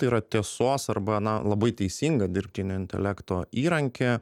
tai yra tiesos arba na labai teisinga dirbtinio intelekto įrankį